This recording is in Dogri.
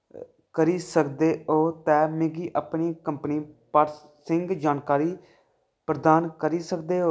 करी सकदे ओ ते मिगी अपनी कंपनी परसिंघ जानकारी प्रदान करी सकदे ओ